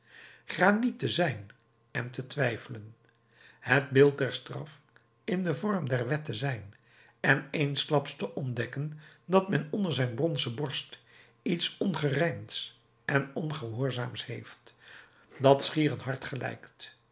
graniet te zijn en te twijfelen het beeld der straf in den vorm der wet te zijn en eensklaps te ontdekken dat men onder zijn bronzen borst iets ongerijmds en ongehoorzaams heeft dat schier een hart gelijkt